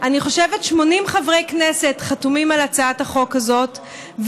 אני חושבת ש-80 חברי כנסת חתומים על הצעת החוק הזאת,